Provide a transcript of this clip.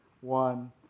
one